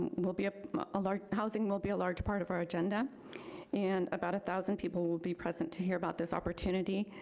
will be a housing, housing will be a large part of our agenda and about a thousand people will be present to hear about this opportunity,